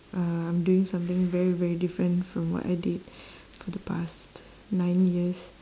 uh I'm doing something very very different from what I did for the past nine years